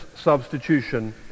substitution